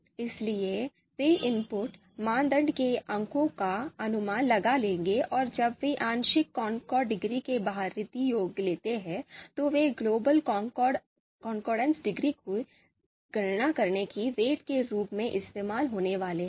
इसलिए वे इनपुट मानदंड के अंकों का अनुमान लगा लेंगे और जब वे आंशिक कॉनकॉर्ड डिग्री के भारित योग लेते हैं तो वे ग्लोबल concordance degreeकी गणना करने के लिए वेट के रूप में इस्तेमाल होने वाले हैं